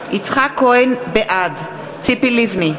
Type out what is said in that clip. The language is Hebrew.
בעד ציפי לבני,